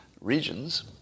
regions